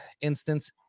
instance